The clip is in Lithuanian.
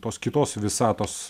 tos kitos visatos